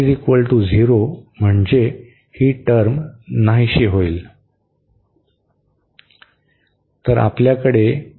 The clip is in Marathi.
तर म्हणजे ही टर्म नाहीशी होईल